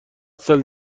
سال